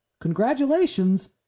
congratulations